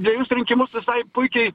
dvejus rinkimus visai puikiai